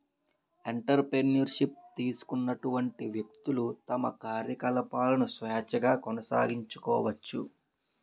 entrepreneur ship తీసుకున్నటువంటి వ్యక్తులు తమ కార్యకలాపాలను స్వేచ్ఛగా కొనసాగించుకోవచ్చు